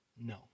No